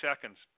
seconds